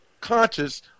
conscious